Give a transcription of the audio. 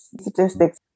statistics